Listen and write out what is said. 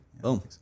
boom